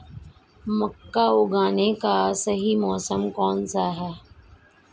मक्का उगाने का सही मौसम कौनसा है?